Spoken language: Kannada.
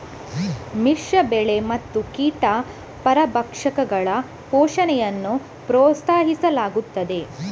ಮಿಶ್ರ ಬೆಳೆ ಮತ್ತು ಕೀಟ ಪರಭಕ್ಷಕಗಳ ಪೋಷಣೆಯನ್ನು ಪ್ರೋತ್ಸಾಹಿಸಲಾಗುತ್ತದೆ